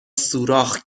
سوراخ